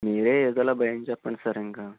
మీరే ఏదోలాగ భయం చెప్పండి సార్ ఇంకా